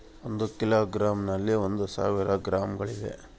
ಒಂದು ಕಿಲೋಗ್ರಾಂ ನಲ್ಲಿ ಒಂದು ಸಾವಿರ ಗ್ರಾಂಗಳಿವೆ